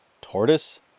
Tortoise